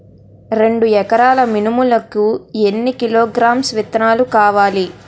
రెండు ఎకరాల మినుములు కి ఎన్ని కిలోగ్రామ్స్ విత్తనాలు కావలి?